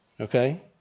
Okay